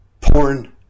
porn